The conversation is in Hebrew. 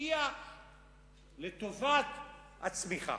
ונשקיע לטובת הצמיחה.